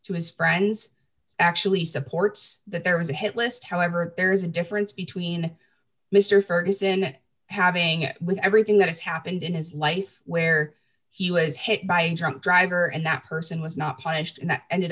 to his friends actually supports that there was a hit list however there is a difference between mr ferguson having it with everything that has happened in his life where he was hit by a drunk driver and that person was not punished and ended